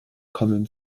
kommende